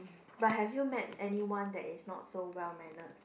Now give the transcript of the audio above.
but have you met anyone that is not so well mannered